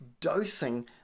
Dosing